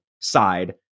side